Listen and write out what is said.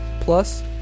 Plus